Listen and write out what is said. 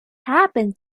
happened